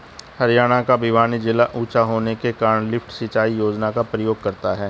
हरियाणा का भिवानी जिला ऊंचा होने के कारण लिफ्ट सिंचाई योजना का प्रयोग करता है